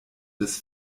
des